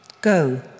Go